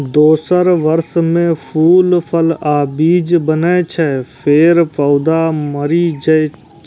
दोसर वर्ष मे फूल, फल आ बीज बनै छै, फेर पौधा मरि जाइ छै